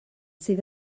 sydd